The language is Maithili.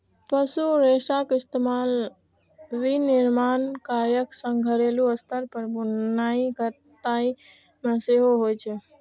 पशु रेशाक इस्तेमाल विनिर्माण कार्यक संग घरेलू स्तर पर बुनाइ कताइ मे सेहो होइ छै